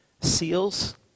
seals